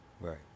Right